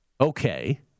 Okay